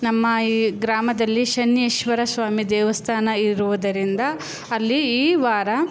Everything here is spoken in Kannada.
ನಮ್ಮ ಈ ಗ್ರಾಮದಲ್ಲಿ ಶನೈಶ್ಚರ ಸ್ವಾಮಿ ದೇವಸ್ಥಾನ ಇರುವುದರಿಂದ ಅಲ್ಲಿ ಈ ವಾರ